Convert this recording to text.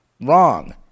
Wrong